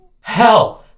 hell